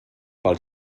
pel